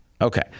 okay